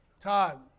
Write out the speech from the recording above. Todd